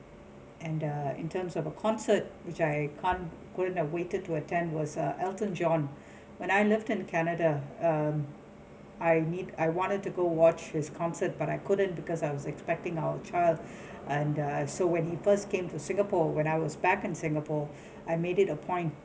and uh in terms of a concert which I can't couldn't awaited to attempt was uh elton john when I lived in canada um I need I wanted to go watch his concert but I couldn't because I was expecting our child and uh so when he first came to singapore when I was back in singapore I made it appoint